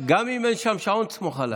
גם אם אין שם שעון, סמוך עליי.